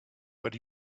but